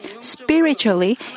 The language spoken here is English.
Spiritually